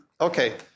Okay